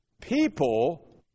People